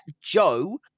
Joe